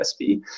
USB